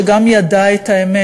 שגם ידע את האמת,